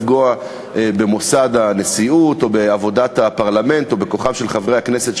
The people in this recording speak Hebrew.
לפגוע במוסד הנשיאות או בעבודת הפרלמנט או בכוחם של חברי הכנסת,